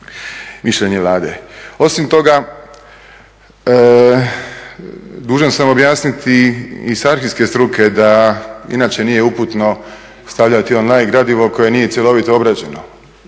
mišljenje Vlade. Osim toga, dužan sam objasniti i s arhivske struke da inače nije uputno stavljati online gradivo koje nije cjelovito obrađeno.